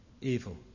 evil